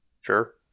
Sure